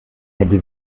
hätte